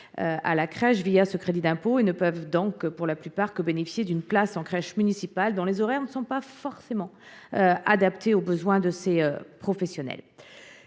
à la crèche ce crédit d’impôt et ne peuvent dès lors que bénéficier d’une place en crèche municipale, dont les horaires ne sont pas forcément adaptés aux besoins de ces professionnels.